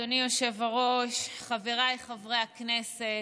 אדוני היושב-ראש, חבריי חברי הכנסת,